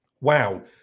wow